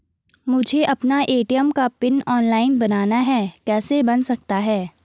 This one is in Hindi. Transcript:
मुझे अपना ए.टी.एम का पिन ऑनलाइन बनाना है कैसे बन सकता है?